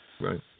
Right